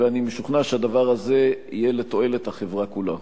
ואני משוכנע שהדבר הזה יהיה לתועלת החברה כולה.